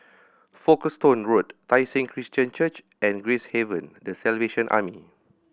Folkestone Road Tai Seng Christian Church and Gracehaven The Salvation Army